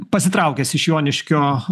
pasitraukęs iš joniškio